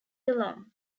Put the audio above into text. along